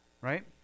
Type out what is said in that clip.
right